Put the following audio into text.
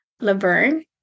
Laverne